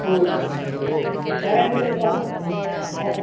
సరే మీకిక ఆర